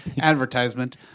advertisement